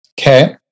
Okay